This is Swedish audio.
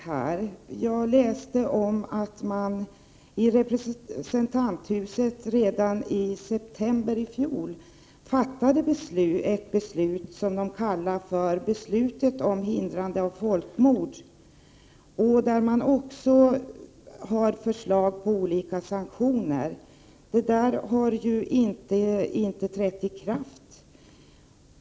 Jag har läst att representanthuset redan i september i fjol fattade ett beslut som kallades ”beslut om hindrande av folkmord”, där det också finns förslag till olika sanktioner. Detta beslut har inte trätt i kraft.